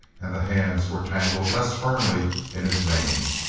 and the hands were tangled less firmly in his mane,